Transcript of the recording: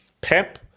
Pep